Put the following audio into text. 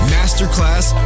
Masterclass